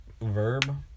Verb